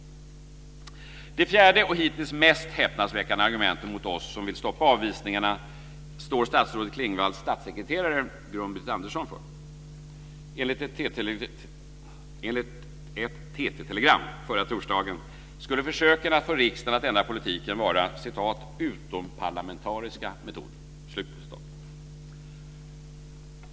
Det fjärde och hittills mest häpnadsväckande argumentet mot oss som vill stoppa avvisningarna står statsrådet Klingvalls statssekreterare Gun-Britt Andersson för. Enligt ett TT-telegram förra torsdagen skulle försöken att få riksdagen att ändra politiken vara "utomparlamentariska metoder".